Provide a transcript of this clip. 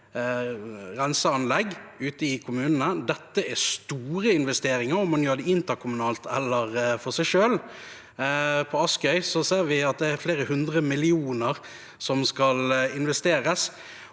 renseanlegg ute i kommunene. Dette er store investeringer – om man gjør det interkommunalt eller for seg selv. På Askøy ser vi at det er flere hundre millioner som skal investeres.